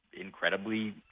incredibly